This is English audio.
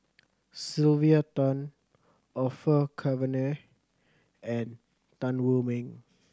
Sylvia Tan Orfeur Cavenagh and Tan Wu Meng